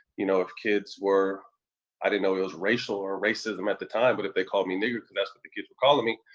you know, if kids were i didn't know it was racial or racism at the time but if they called me nigger, cuz that's what but the kids were calling me,